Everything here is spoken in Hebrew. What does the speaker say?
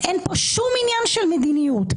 אין פה שום עניין של מדיניות,